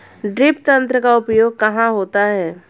Drip तंत्र का उपयोग कहाँ होता है?